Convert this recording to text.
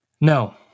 No